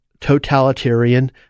totalitarian